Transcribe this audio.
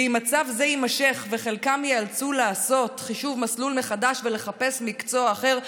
אם מצב זה יימשך וחלקם ייאלצו לעשות חישוב מסלול מחדש ולחפש מקצוע אחר,